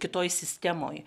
kitoj sistemoj